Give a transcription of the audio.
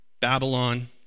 Babylon